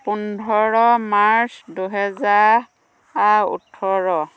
পোন্ধৰ মাৰ্চ দুহেজাৰ ওঠৰ